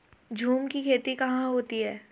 झूम की खेती कहाँ होती है?